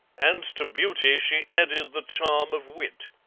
and to beauty she added the charm of wit.